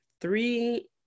three